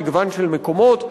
מגוון של מקומות,